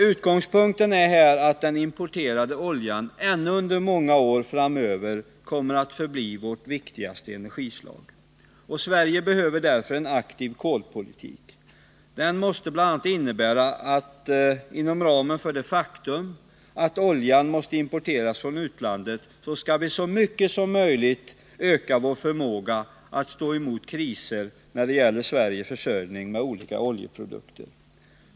Utgångspunkten är att den importerade oljan ännu i många år framåt kommer att förbli vårt viktigaste energislag. Sverige behöver därför en aktiv kolpolitik. Den måste bl.a. innebära att vi med hänsyn till att oljan nu måste importeras så långt det är möjligt skall öka vår förmåga att stå emot kriser när det gäller Sveriges försörjning med olika oljeprodukter.